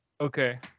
Okay